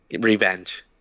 revenge